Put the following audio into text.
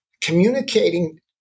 communicating